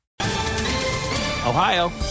Ohio